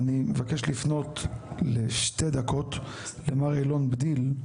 אני מבקש לפנות לשתי דקות למר אילון בדיל,